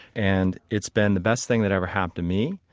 and it's been the best thing that ever happened to me.